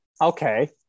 okay